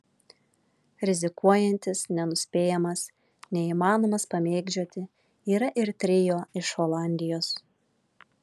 rizikuojantis nenuspėjamas neįmanomas pamėgdžioti yra ir trio iš olandijos